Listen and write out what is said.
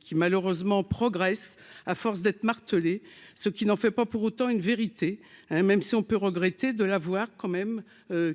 qui malheureusement progresse à force d'être martelé ce qui n'en fait pas pour autant une vérité hein, même si on peut regretter de l'avoir quand même